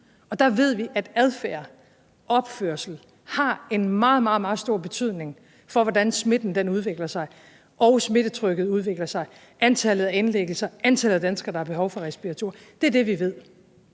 og der ved vi, at adfærd, opførsel, har en meget, meget stor betydning for, hvordan smitten udvikler sig, hvordan smittetrykket udvikler sig, antallet af indlæggelser, antallet af danskere, der har behov for respiratorer. Det er det, vi ved.